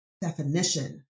definition